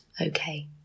okay